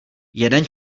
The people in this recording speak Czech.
jeden